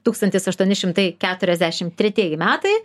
tūkstantis aštuoni šimtai keturiasdešim tretieji metai